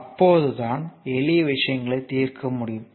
அப்போதுதான் எளிய விஷயங்களை தீர்க்க முடியும்